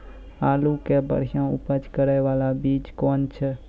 आलू के बढ़िया उपज करे बाला बीज कौन छ?